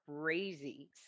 crazy